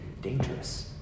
dangerous